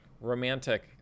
romantic